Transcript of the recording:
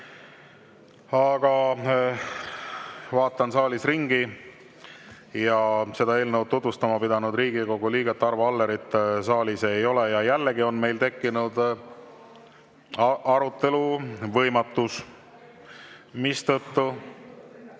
Aga vaatan saalis ringi ja näen, et seda eelnõu tutvustama pidanud Riigikogu liiget Arvo Allerit saalis ei ole. Jällegi on meil tekkinud arutelu võimatus, mistõttu